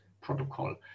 protocol